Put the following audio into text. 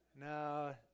No